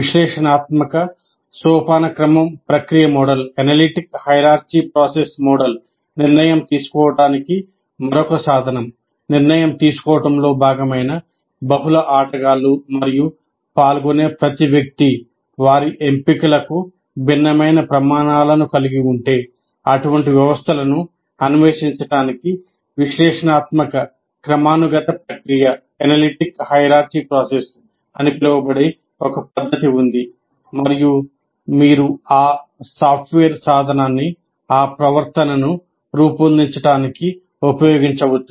విశ్లేషణాత్మక సోపానక్రమం ప్రక్రియ మోడల్ అని పిలువబడే ఒక పద్దతి ఉంది మరియు మీరు ఆ సాఫ్ట్వేర్ సాధనాన్ని ఆ ప్రవర్తనను రూపొందించడానికి ఉపయోగించవచ్చు